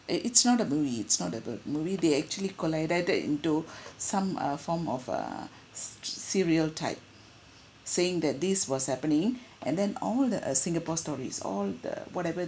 it it's not a movie it's not labelled movie they actually collected into some uh form of a serial type saying that this was happening and then all the uh singapore stories all the whatever